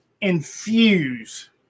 infuse